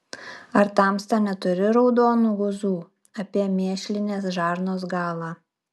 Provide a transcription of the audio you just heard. ar tamsta neturi raudonų guzų apie mėšlinės žarnos galą